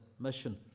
mission